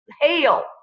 hail